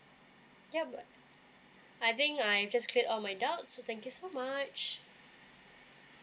ya but I think I just clear out my doubts so thank you so much